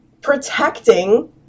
protecting